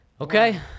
Okay